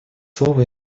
слово